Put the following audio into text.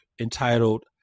entitled